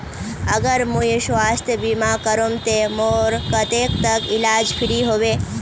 अगर मुई स्वास्थ्य बीमा करूम ते मोर कतेक तक इलाज फ्री होबे?